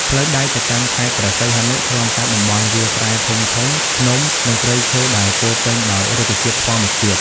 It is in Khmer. ផ្លូវដែកទៅកាន់ខេត្តព្រះសីហនុ ឆ្លងកាត់តំបន់វាលស្រែធំៗ ភ្នំ និងព្រៃឈើដែលពោរពេញដោយរុក្ខជាតិធម្មជាតិ។